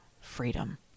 freedom